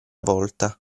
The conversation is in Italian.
volta